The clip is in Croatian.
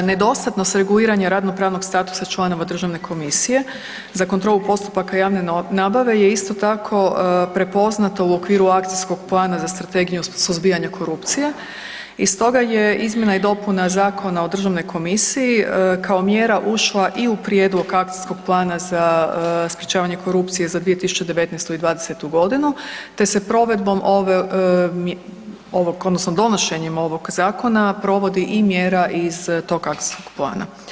Nedostatnost reguliranja radno-pravnog statusa članova Državne komisije za kontrolu postupaka javne nabave je isto tako prepoznata u okviru Akcijskog plana za Strategiju suzbijanja korupcije i stoga je izmjena i dopuna zakona o državnoj komisiji kao mjera ušla i u prijedlog Akcijskog plana za sprečavanje korupcije za 2019. i 2020.g. te se provedbom odnosno donošenjem ovog zakona provodi i mjera iz tog akcijskog plana.